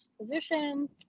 positions